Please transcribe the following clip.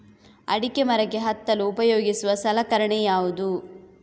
ಅಡಿಕೆ ಮರಕ್ಕೆ ಹತ್ತಲು ಉಪಯೋಗಿಸುವ ಸಲಕರಣೆ ಯಾವುದು?